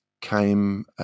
came